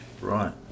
Right